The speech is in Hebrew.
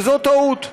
וזאת טעות,